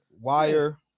Wire